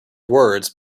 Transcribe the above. words